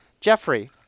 Jeffrey